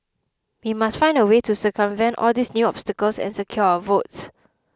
we must find a way to circumvent all these new obstacles and secure our votes